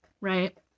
right